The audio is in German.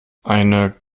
eine